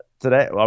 Today